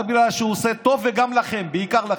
רק בגלל שהוא עושה טוב, וגם לכם, בעיקר לכם.